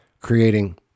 creating